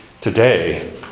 today